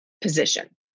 position